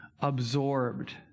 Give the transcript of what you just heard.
absorbed